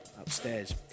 upstairs